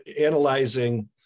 analyzing